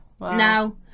Now